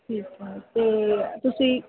ਠੀਕ ਆ ਅਤੇ ਤੁਸੀਂ